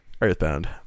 Earthbound